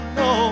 no